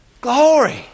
Glory